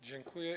Dziękuję.